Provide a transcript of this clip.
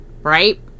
Right